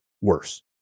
worse